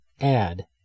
add